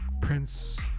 Prince